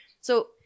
So-